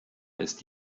ist